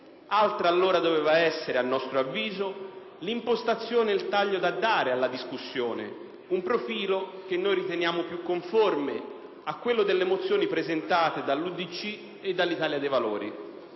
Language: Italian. Altro allora doveva essere a nostro avviso l'impostazione ed il taglio da dare alla discussione; un profilo che noi riteniamo più conforme a quello delle mozioni presentate dall'UDC e dall'Italia dei Valori.